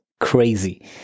crazy